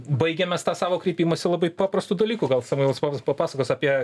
baigėm mes tą savo kreipimąsi labai paprastu dalyku gal samuilas papasakos apie